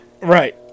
right